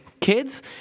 kids